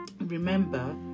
Remember